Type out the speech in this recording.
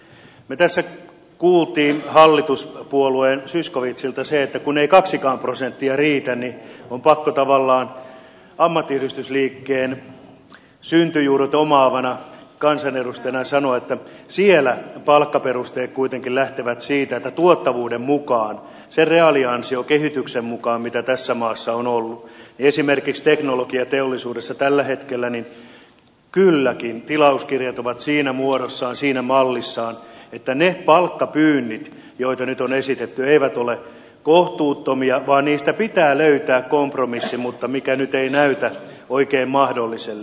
me tässä kuulimme hallituspuolueen zyskowiczilta se että kun ei kaksikaan prosenttia riitä niin on pakko tavallaan ammattiyhdistysliikkeen syntyjuuret omaavana kansanedustajana sanoa että siellä palkkaperusteet kuitenkin lähtevät siitä että tuottavuuden mukaan sen reaaliansion kehityksen mukaan mitä tässä maassa on ollut esimerkiksi teknologiateollisuudessa tällä hetkellä kylläkin tilauskirjat ovat siinä muodossaan siinä mallissaan että ne palkkapyynnit joita nyt on esitetty eivät ole kohtuuttomia vaan niistä pitää löytää kompromissi mikä nyt ei näytä oikein mahdolliselle